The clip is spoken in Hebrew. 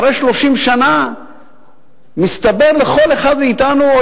אחרי 30 שנה מסתבר לכל אחד מאתנו,